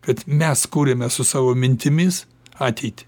kad mes kuriame su savo mintimis ateitį